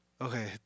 okay